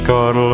God